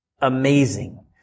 amazing